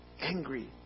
angry